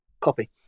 copy